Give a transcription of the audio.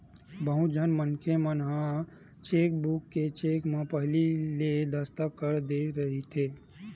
बहुत झन मनखे मन ह चेकबूक के चेक म पहिली ले दस्कत कर दे रहिथे